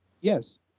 Yes